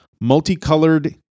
multicolored